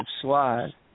slide